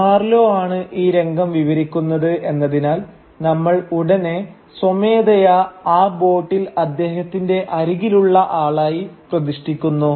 Marlow ആണ് ഈ രംഗം വിവരിക്കുന്നത് എന്നതിനാൽ നമ്മൾ ഉടനെ സ്വമേധയാ ആ ബോട്ടിൽ അദ്ദേഹത്തിന്റെ അരികിലുള്ള ആളായി പ്രതിഷ്ഠിക്കുന്നു